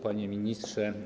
Panie Ministrze!